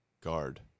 Guard